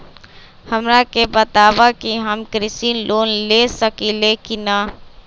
हमरा के बताव कि हम कृषि लोन ले सकेली की न?